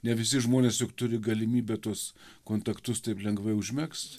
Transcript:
ne visi žmonės juk turi galimybę tuos kontaktus taip lengvai užmegzt